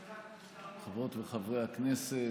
חברות וחברי הכנסת,